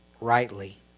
rightly